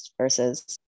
versus